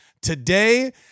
Today